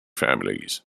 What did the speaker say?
families